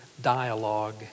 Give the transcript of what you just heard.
dialogue